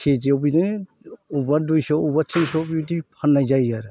खेजिआव बिदिनो बबावबा दुइस' बबावबा थिनस' बिदि फाननाय जायो आरो